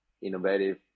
innovative